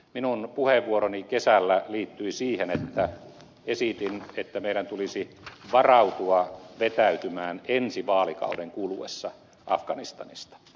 minun puheenvuoroni kesällä liittyi siihen että esitin että meidän tulisi varautua vetäytymään ensi vaalikauden kuluessa afganistanista